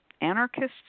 anarchists